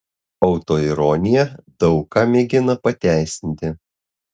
autoironija daug ką mėgina pateisinti